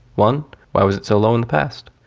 one why was it so low in the past?